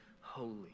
holy